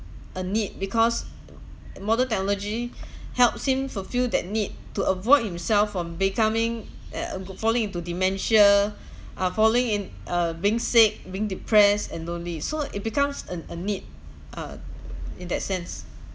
a need because modern technology helps him fulfil that need to avoid himself from becoming uh falling into dementia uh falling in uh being sick being depressed and lonely so it becomes a a need uh in that sense